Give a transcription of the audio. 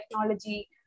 technology